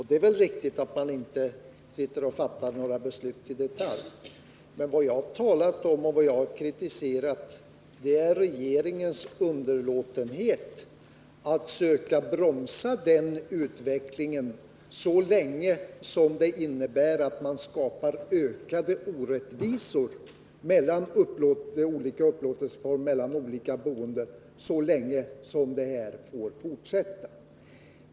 Det är väl riktigt att regeringen inte fattar några detaljbeslut, men vad jag har talat om och kritiserat är regeringens underlåtenhet att bromsa utvecklingen på det området så länge som den innebär att ökade orättvisor skapas mellan olika upplåtelseformer och enskilda boende.